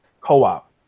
co-op